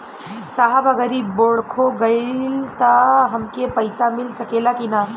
साहब अगर इ बोडखो गईलतऽ हमके पैसा मिल सकेला की ना?